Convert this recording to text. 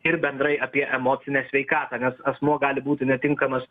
ir bendrai apie emocinę sveikatą nes asmuo gali būti netinkamas